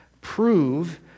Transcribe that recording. Prove